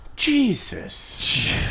Jesus